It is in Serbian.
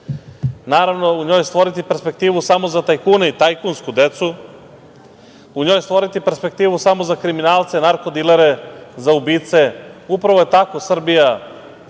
Naravno, u njoj stvoriti perspektivu samo za tajkune i tajkunsku decu. U njoj stvoriti perspektivu samo za kriminalce, narko-dilere, za ubice, upravo je tako Srbija